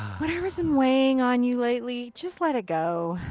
whatever's been weighing on you lately, just let it go.